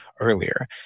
earlier